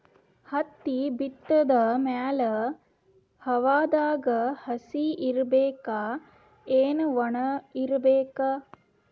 ಹತ್ತಿ ಬಿತ್ತದ ಮ್ಯಾಲ ಹವಾದಾಗ ಹಸಿ ಇರಬೇಕಾ, ಏನ್ ಒಣಇರಬೇಕ?